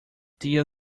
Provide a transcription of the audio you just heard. dear